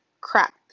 Crap